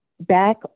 back